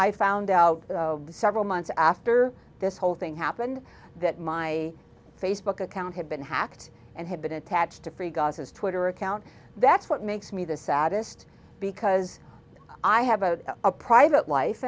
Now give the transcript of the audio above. i found out several months after this whole thing happened that my facebook account had been hacked and had been attached to pre gus's twitter account that's what makes me the saddest because i have a private life